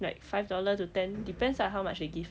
like five dollar to ten depends lah how much they give